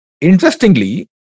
Interestingly